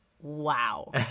wow